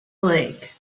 lake